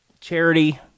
charity